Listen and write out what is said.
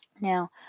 Now